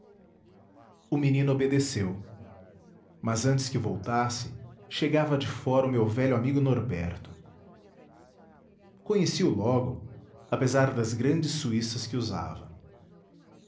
papai o menino obedeceu mas antes que voltasse chegava de fora o meu velho amigo norberto conheci-o logo apesar das grandes suíças que usava